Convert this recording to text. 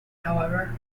however